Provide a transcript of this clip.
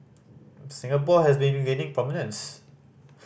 Singapore has been gaining prominence